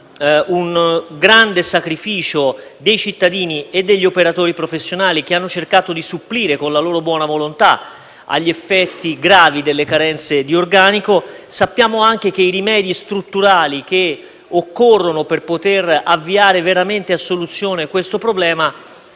un grande sacrificio dei cittadini e degli operatori professionali, che hanno cercato di supplire con la loro buona volontà agli effetti gravi delle carenze di organico. Sappiamo anche che i rimedi strutturali che occorrono per poter avviare veramente a soluzione questo problema